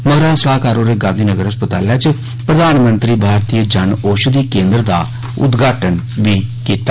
मगरा सलाहकार होरें गांधी नगर अस्पताल च प्रधानमंत्री भारतीय जन औषधि केन्द्र दा उद्घाटन बी कीता